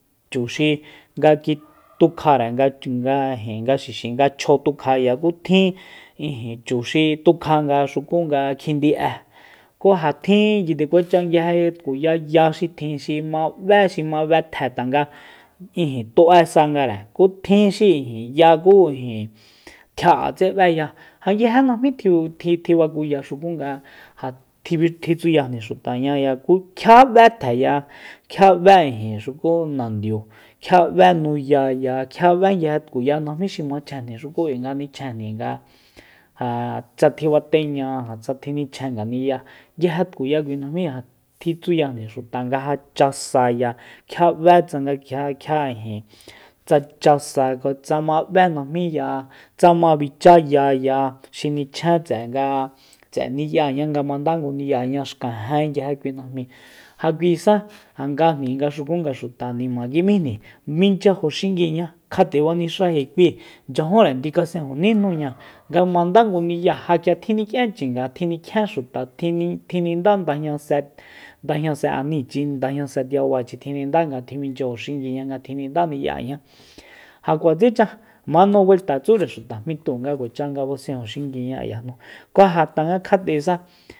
Chu xi nga ku tukjare nga ijin nga xixi nga chjo tukjaya ku tjin ijin chu xi tukja nga xuku nga kjindi'e ku ja tjin nde kuacha nguije tkuya ya xi tjin xi ma b'é xi ma b'etje tanga tu'e sangare ku tjin xi ya kú ijin xi tjia'etse b'eya ja nguije najmí tjiu tjibakuya xukunga ja tji- tjitsuyajni xutaña ku kjia b'é tjeya kjia b'e xuku nandiu kjia b'e nuyaya kjia b'e nguije tkuya najmí xi machjenjni xuku k'ui nga nichjejni nga ja tsa tjibateña ja tjinichjen ngani'ya nguije tkuya kui najmí ja tjitsuyajni xuta nga ja cha sa ya kjia b'e tsanga kjia ijin tsa cha sa kotsa ma b'e najmíya tsa ma bicha ya ya xi nichjen tse'e nga tse'e ni'yaña nga manda ngu ni'ya xkajen nguije kui najmíi ja k'uisa ja ngajni nga xuku nga xuta nima kim'íjni minchyajo xinguiña fanixaji kui nchyajúnre ndiukasejunijnuña nga manda ngu ni'ya ja k'ia tjinik'ian chinga tjinikjien xuta tjini- tjininda ndajñase ndajñase anichi ndajñase tiaba tjinidá nga tjimichyajo xinguiña nga tjinindá ni'yañá ja kuatsecha manobuelta tsure xuta jmítúu nga kuacha nga basenju xinguiña ayajnu ku ja tanga kjat'esa